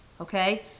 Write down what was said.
okay